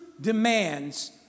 demands